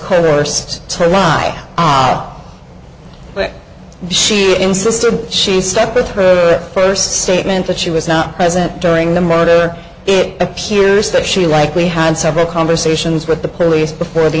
coerced to ride but she insisted she step at her first statement that she was not present during the murder it appears that she likely had several conversations with the police before the